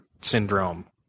syndrome